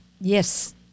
Yes